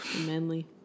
manly